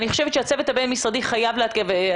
אני חושבת שהצוות הבין-משרדי חייב לתת את